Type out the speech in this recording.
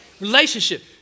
Relationship